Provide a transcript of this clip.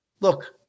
look